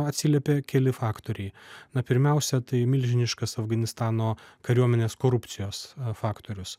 atsiliepė keli faktoriai na pirmiausia tai milžiniškas afganistano kariuomenės korupcijos faktorius